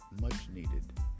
Much-needed